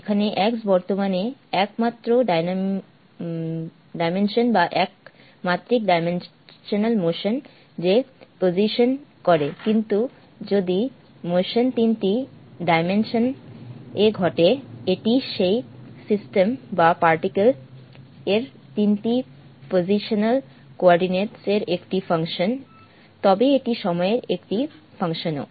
এখানে x বর্তমান এ এক মাত্র ডাইমেনশন বা এক মাত্রিক ডাইমেনশনাল মোশন যে পোজিশন করে কিন্তু যদি মোশন তিনটি ডাইমেনশন এ ঘটে এটি সেই সিস্টেম বা পার্টিকেল এর তিনটি পজিশনাল কোঅর্ডিনেটস এর একটি ফাংশন তবে এটি সময়ের একটি ফাংশনও